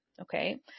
okay